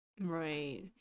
right